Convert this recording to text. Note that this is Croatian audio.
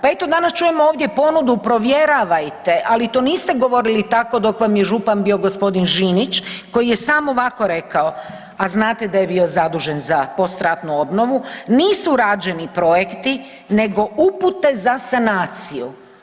Pa eto danas čujemo ovdje ponudu provjeravajte, ali to niste govorili tako dok vam je župan bio gospodin Žinić koji je samo ovako rekao a znate da je bio zadužen za postratnu obnovu, nisu rađeni projekti nego upute za sanaciju.